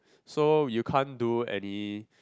so you can't do any